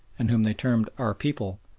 and whom they termed our people,